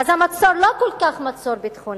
אז המצור הוא לא כל כך מצור ביטחוני.